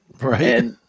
Right